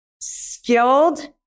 skilled